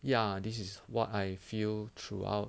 ya this is what I feel throughout